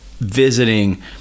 visiting